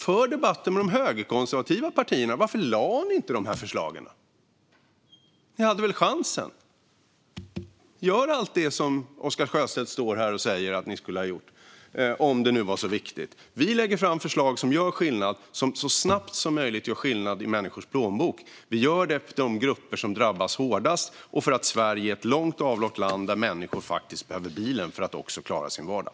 För debatten med de högerkonservativa partierna: Varför lade ni inte fram dessa förslag när ni hade chansen? Gör det som Oscar Sjöstedt står här och säger att ni skulle ha gjort om det nu var så viktigt. Vi lägger fram förslag som så snabbt som möjligt gör skillnad i människors plånbok. Vi gör det för de grupper som drabbas hårdast och för att Sverige är ett avlångt land där människor faktiskt behöver bilen för att klara sin vardag.